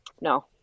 No